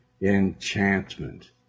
enchantment